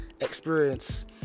experience